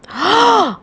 !huh!